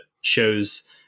shows